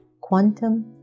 Quantum